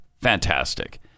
Fantastic